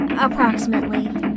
approximately